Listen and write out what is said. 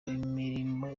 imirimo